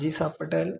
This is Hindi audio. जीसा पटेल